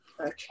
Okay